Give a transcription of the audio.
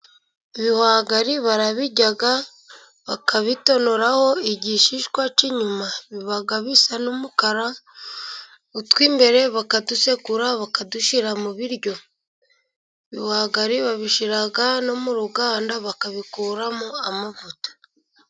Ibihwagari barabirya bakabitonoraho igishishwa cy'inyuma, biba bisa n'umukara, utw'imbere bakadusekura bakadushyira mu biryo . Ibihwagari babishyira no mu ruganda bakabikuramo amavuta.